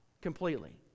completely